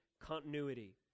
continuity